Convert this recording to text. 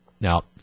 Now